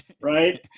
right